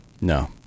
No